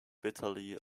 bitterly